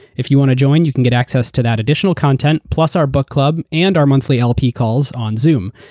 if you want to join, you can get access to that additional content, plus our book club, and our monthly lp calls on zoom.